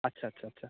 আচ্ছা আচ্ছা আচ্ছা